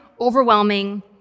overwhelming